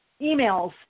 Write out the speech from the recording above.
emails